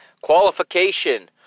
qualification